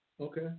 Okay